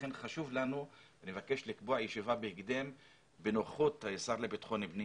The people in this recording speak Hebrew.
לכן חשוב לנו לבקש לקבוע ישיבה בהקדם בנוכחות השר לביטחון הפנים.